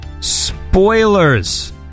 Spoilers